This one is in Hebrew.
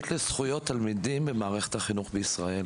לזכויות תלמידים במערכת החינוך בישראל